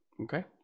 Okay